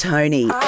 Tony